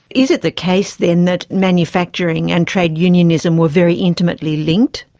is it the case then that manufacturing and trade unionism were very intimately linked?